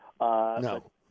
no